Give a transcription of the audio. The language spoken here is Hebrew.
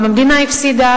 גם המדינה הפסידה,